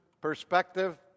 perspective